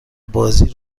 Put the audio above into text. بازی